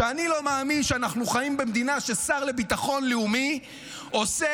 שאני לא מאמין שאנחנו חיים במדינה שבה שר לביטחון לאומי עושה